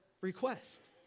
request